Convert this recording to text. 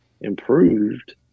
improved